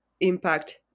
impact